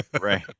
Right